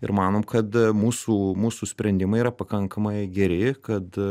ir manom kad mūsų mūsų sprendimai yra pakankamai geri kad